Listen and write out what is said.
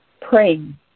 praying